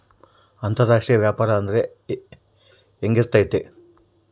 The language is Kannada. ಅಂತರಾಷ್ಟ್ರೇಯ ವ್ಯಾಪಾರ ಅಂದ್ರೆ ಹೆಂಗಿರ್ತೈತಿ?